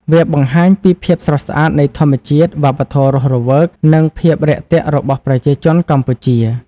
វាបង្ហាញពីភាពស្រស់ស្អាតនៃធម្មជាតិ វប្បធម៌រស់រវើក និងភាពរាក់ទាក់របស់ប្រជាជនកម្ពុជា។